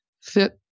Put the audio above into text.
fit